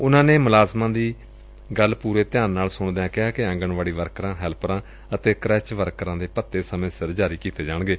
ਉਨ੍ਪਾ ਨੇ ਮੁਲਾਜ਼ਮਾਂ ਦੀ ਗੱਲ ਪੁਰੇ ਧਿਆਨ ਨਾਲ ਸੁਣਦਿਆਂ ਕਿਹਾ ਕਿ ਆਂਗਣਵਾੜੀ ਵਰਰਕਾਂ ਹੈਲਪਰਾਂ ਅਤੇ ਕਰੈਚ ਵਰਕਰਾਂ ਦੇ ਭੱਤੇ ਸਮੇਂ ਸਿਰ ਜਾਰੀ ਕੀਤੇ ਜਾਣਗੇ